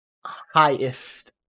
highest